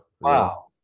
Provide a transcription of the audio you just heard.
Wow